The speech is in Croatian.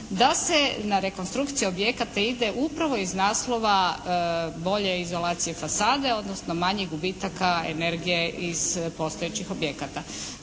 da se na rekonstrukcije objekata ide upravo iz naslova bolje izolacije fasade odnosno manje gubitaka energije iz postojećih objekata.